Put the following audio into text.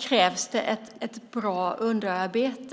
krävs det ett bra underarbete.